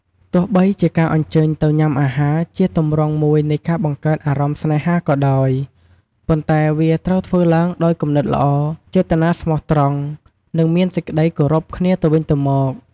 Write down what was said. ទោះបីជាការអញ្ជើញទៅញ៉ាំអាហារ ជាទម្រង់មួយនៃការបង្កើតអារម្មណ៍ស្នេហាក៏ដោយ ប៉ុន្តែវាត្រូវធ្វើឡើងដោយគំនិតល្អ ចេតនាស្មោះត្រង់ និងមានសេចក្ដីគោរពគ្នាទៅវិញទៅមក។